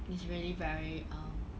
it's really very um